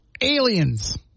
aliens